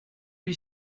lui